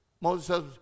Moses